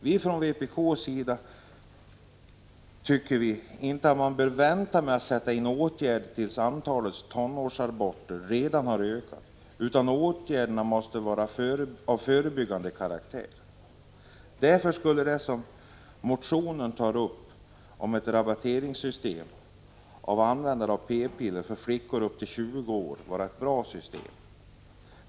Vi från vpks sida tycker inte att man bör vänta med att sätta in åtgärder tills antalet tonårsaborter har ökat, utan åtgärderna måste vara av förebyggande karaktär. Därför skulle det som motionen tar upp om ett rabatteringssystem för användare av p-piller till flickor upp till 20 år vara ett bra system.